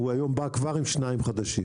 הוא היום בא כבר עם שניים חדשים,